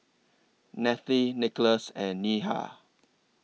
Nathalie Nicolas and Neha